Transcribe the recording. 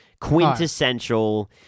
quintessential